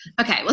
okay